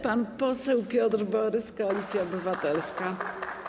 Pan poseł Piotr Borys, Koalicja Obywatelska.